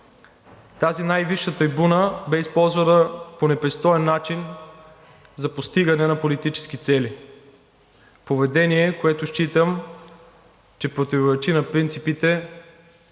Тази най-висша трибуна бе използвана по непристоен начин за постигане на политически цели – поведение, което считам, че противоречи на принципите